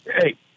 Hey